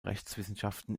rechtswissenschaften